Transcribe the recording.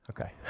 Okay